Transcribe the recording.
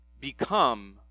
become